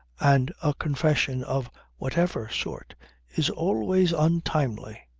and a confession of whatever sort is always untimely.